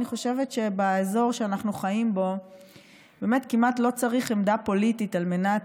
אני חושבת שבאזור שאנחנו חיים בו כמעט לא צריך עמדה פוליטית על מנת,